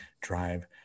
drive